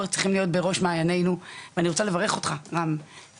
צריכים להיות בראש מעניינו ואני רוצה לברך אותך רם,